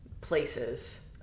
places